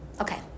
Okay